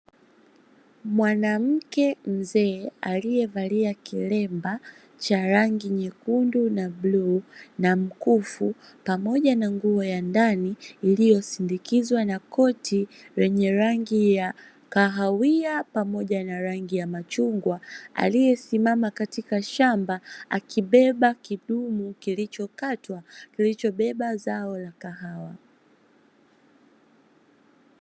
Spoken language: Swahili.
Mwanamke mzee aliyevalia kilemba cha rangi nyekundu na blue, na mkufu, pamoja na nguo ya ndani, iliyosindikizwa na koti lenye rangi ya kahawia pamoja na rangi ya machungwa, aliyesimama katika shamba akibeba kidumu kilichokatwa kilichobeba zao la kahawa.